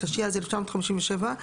התשי"ז-1957,